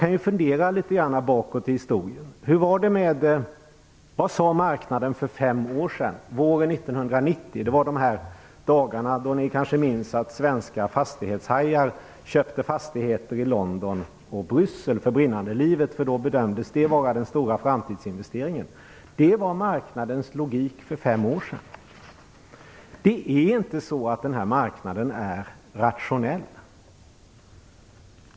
Man kan fundera litet bakåt i historien, t.ex. vad marknaden sade för fem år sedan, våren 1990. Det var de dagarna då svenska fastighetshajar köpte fastigheter i London och Bryssel för brinnande livet, därför att det då bedömdes vara den stora framtidsinvesteringen. Det var marknadens logik för fem år sedan. Marknaden är inte rationell.